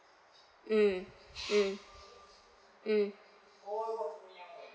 mm mm mm